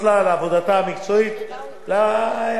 לראש הוועדה המיתולוגית,